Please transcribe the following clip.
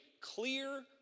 clear